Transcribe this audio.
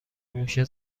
موشه